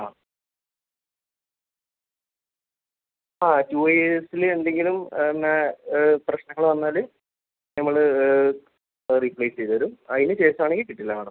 ആ ആ ടു ഇയേർസിൽ എന്തെങ്കിലും പ്രശ്നങ്ങൾ വന്നാൽ നമ്മൾ അത് റീപ്ലേസ് ചെയ്തു തരും അതിന് ശേഷം ആണെങ്കീങ്കിൽ കിട്ടില്ല മാഡം